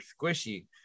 squishy